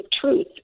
truth